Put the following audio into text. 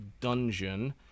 dungeon